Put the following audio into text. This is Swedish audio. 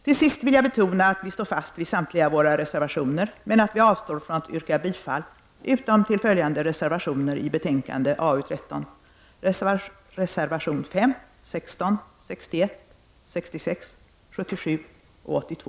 Till sist vill jag betona att vi står fast vid samtliga våra reservationer i betänkandet AU13, men att vi avstår från att yrka bifall till alla utom följande: reservation 5, 16, 61, 66, 77 och 82.